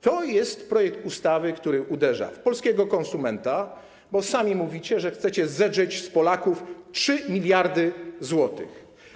To jest projekt ustawy, który uderza w polskiego konsumenta, bo sami mówicie, że chcecie zedrzeć z Polaków 3 mld zł. Hańba.